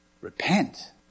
Repent